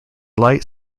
light